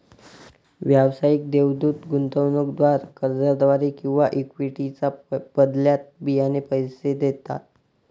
व्यावसायिक देवदूत गुंतवणूकदार कर्जाद्वारे किंवा इक्विटीच्या बदल्यात बियाणे पैसे देतात